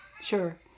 Sure